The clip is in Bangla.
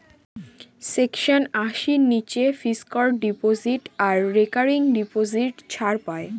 সেকশন আশির নীচে ফিক্সড ডিপজিট আর রেকারিং ডিপোজিট ছাড় পাই